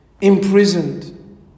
imprisoned